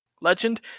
Legend